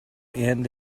end